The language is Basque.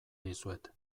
dizuet